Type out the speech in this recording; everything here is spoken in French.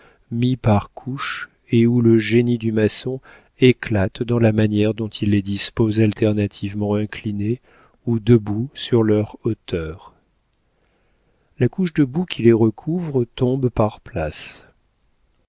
mis par couches et où le génie du maçon éclate dans la manière dont il les dispose alternativement inclinés ou debout sur leur hauteur la couche de boue qui les recouvre tombe par places